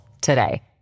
today